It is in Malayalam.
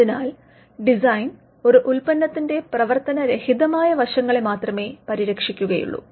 അതിനാൽ ഡിസൈൻ ഒരു ഉൽപനത്തിന്റെ പ്രവർത്തനരഹിതമായ വശങ്ങളെ മാത്രമേ പരിരക്ഷിക്കുകയുള്ളൂ